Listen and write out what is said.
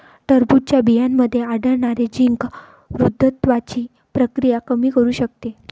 टरबूजच्या बियांमध्ये आढळणारे झिंक वृद्धत्वाची प्रक्रिया कमी करू शकते